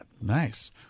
Nice